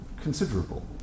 considerable